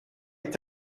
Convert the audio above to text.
est